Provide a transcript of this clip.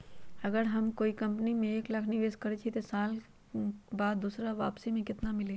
अगर हम कोई कंपनी में एक लाख के निवेस करईछी त एक साल बाद हमरा वापसी में केतना मिली?